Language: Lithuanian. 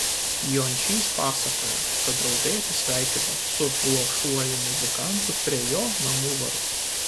jončys pasakojo kad draugai atsisveikino su luošuoju muzikantu prie jo namų vartų